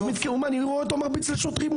אני רואה אותו מרביץ לשוטרים.